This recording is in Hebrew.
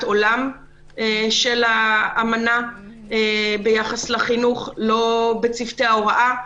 עולם של האמנה ביחס לחינוך לא בצוותי ההוראה,